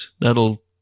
that'll